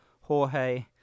Jorge